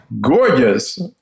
gorgeous